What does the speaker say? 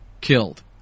killed